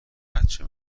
بچه